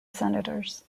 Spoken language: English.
senators